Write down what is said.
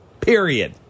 period